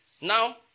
Now